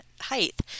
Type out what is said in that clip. height